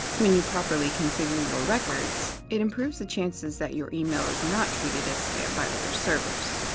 when you properly configure your records, it improves the chances that your email is not treated as spam by other servers.